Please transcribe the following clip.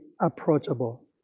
approachable